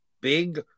Big